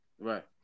right